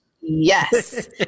Yes